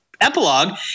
epilogue